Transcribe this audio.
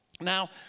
Now